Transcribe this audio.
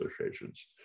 associations